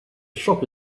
shop